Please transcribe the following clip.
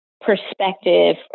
perspective